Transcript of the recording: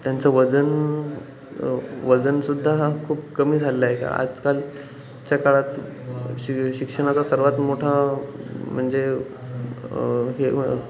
त्यांचं वजन वजनसुद्धा हा खूप कमी झालं आहे आहे का आजकाल च्या काळात शि शिक्षणाचा सर्वात मोठा म्हणजे हे